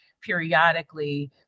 periodically